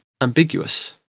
ambiguous